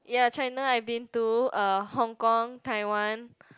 ya China I've been to uh Hong-Kong Taiwan